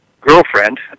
girlfriend